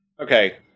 Okay